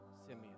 Simeon